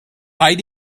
rhaid